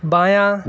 بایاں